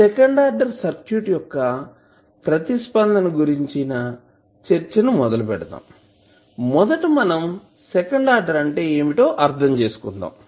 second order circuit యొక్క ప్రతిస్పందన గురించిన చర్చను మొదలుపెడదాం మొదట మనం సెకండ్ ఆర్డర్ అంటే ఏమిటో అర్థం చేసుకుందాం